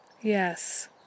yes